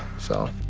so